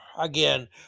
Again